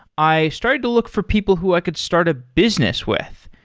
i started to look for people who i could start a business with.